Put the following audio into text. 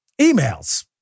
Emails